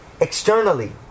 externally